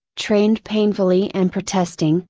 trained painfully and protesting,